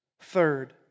Third